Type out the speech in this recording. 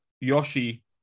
Yoshi